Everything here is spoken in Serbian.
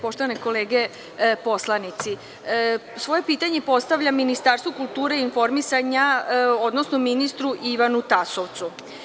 Poštovane kolege poslanici, svoje pitanje postavljam Ministarstvu kulture i informisanja, odnosno ministru Ivanu Tasovcu.